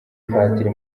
padiri